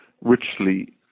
richly